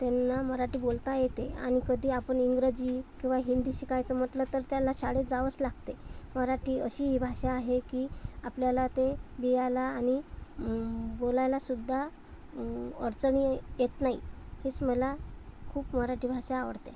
त्यांना मराठी बोलता येते आणि कधी आपण इंग्रजी किंवा हिंदी शिकायचं म्हटलं तर त्याला शाळेत जावंच लागते मराठी अशी ही भाषा आहे की आपल्याला ते लिहायला आणि बोलायलासुद्धा अडचणी येत नाही हेच मला खूप मराठी भाषा आवडते